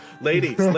ladies